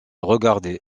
regardait